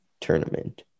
tournament